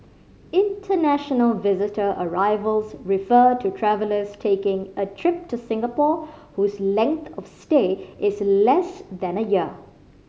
international visitor arrivals refer to travellers taking a trip to Singapore whose length of stay is less than a year